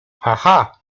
aha